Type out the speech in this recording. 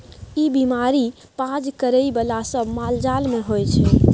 ई बीमारी पाज करइ बला सब मालजाल मे होइ छै